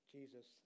Jesus